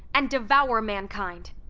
and devour mankind.